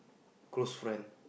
close friend